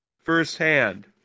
firsthand